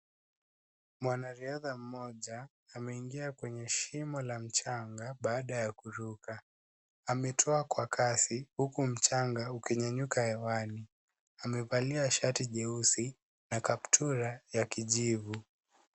Mwanariadha mmoja ameingia kwenye shimo la mchanga baada ya kuruka. Ametua kwa kasi huku mchanga ukinyanyuka hewani. Amevalia shati jeusi na kaptura ya kijivu.